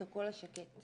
את הקול השקט.